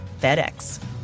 FedEx